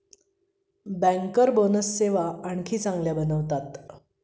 banker bonus सेवा आणखी चांगल्या बनवतात